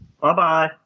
Bye-bye